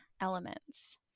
elements